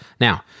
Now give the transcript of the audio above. Now